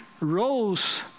rose